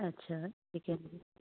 अच्छा चिकिन जी